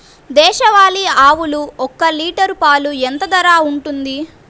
దేశవాలి ఆవులు ఒక్క లీటర్ పాలు ఎంత ధర ఉంటుంది?